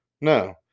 No